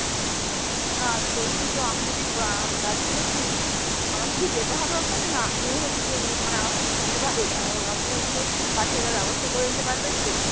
আচ্ছা আর বলছি তো আমি যদি গাছগুলো কিনি আমাকে কি যেতে হবে ওখানে না আপনি হচ্ছে ওগু মানে আমার তো একটু দূরে বাড়ি তাও আপনি ওগুলো পাঠিয়ে দেওয়ার ব্যবস্থা করে দিতে পারবেন কি